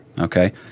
Okay